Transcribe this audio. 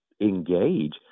engage